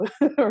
right